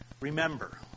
Remember